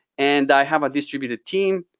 and i have a distributed team.